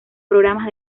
programas